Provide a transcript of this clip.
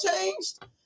changed